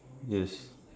yes